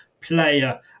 player